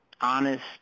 honest